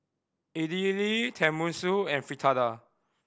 Idili Tenmusu and Fritada